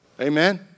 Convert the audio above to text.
Amen